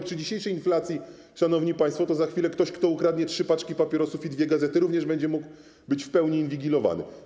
Przy dzisiejszej inflacji, szanowni państwo, to za chwilę jak ktoś kto ukradnie trzy paczki papierosów i dwie gazety, to również będzie mógł być w pełni inwigilowany.